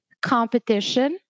competition